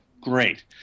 great